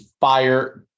fire